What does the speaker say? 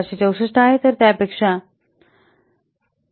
२6464 आहे तर त्यापेक्षा ०